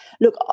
look